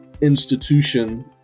institution